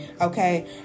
Okay